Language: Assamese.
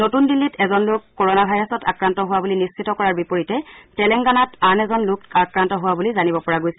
নতুন দিল্লীত এজন লোক কৰোণা ভাইৰাছত আক্ৰান্ত হোৱা বুলি নিশ্চিত কৰাৰ বিপৰীতে তেলেংগানাত আন এজন লোক আক্ৰান্ত হোৱা বুলি জানিব পৰা গৈছে